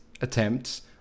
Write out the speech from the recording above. attempts